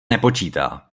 nepočítá